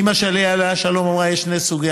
אימא שלי, עליה השלום, אמרה: יש שני אנשים,